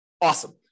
Awesome